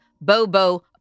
Bobo